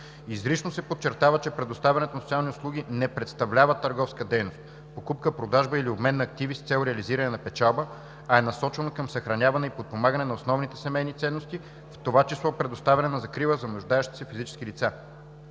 Изрично се подчертава, че предоставянето на социални услуги не представлява търговска дейност – покупка, продажба или обмен на активи с цел реализиране на печалба, а е насочено към съхраняване и подпомагане на основните семейни ценности, в това число предоставяне на закрила на нуждаещите се физически лица.